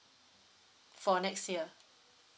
for next year